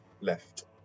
left